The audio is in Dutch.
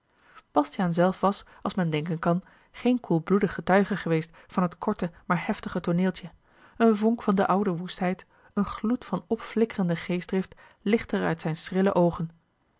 bastiaan zelf was als men denken kan geen koelbloedig getuige geweest van het korte maar heftige tooneeltje een vonk van de oude woestheid een gloed van opflikkerende geestdrift lichtte er uit zijne schrille oogen